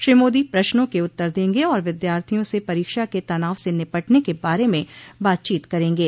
श्री मोदी प्रश्नों के उत्तर देंगे और विद्यार्थियों से परीक्षा के तनाव से निपटने के बारे में बातचीत करेंगे